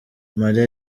mariya